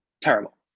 terrible